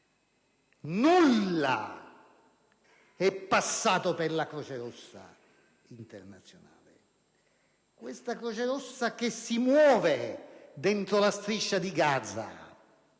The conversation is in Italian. Nulla è passato per la Croce Rossa internazionale. Questa Croce Rossa si muove dentro la Striscia di Gaza,